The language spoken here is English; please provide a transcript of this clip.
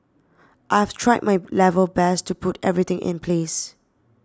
I have tried my level best to put everything in place